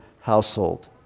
household